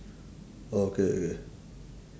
okay K